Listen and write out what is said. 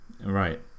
right